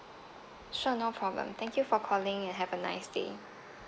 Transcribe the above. sure no problem thank you for calling and have a nice day